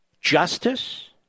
justice